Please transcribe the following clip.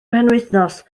penwythnos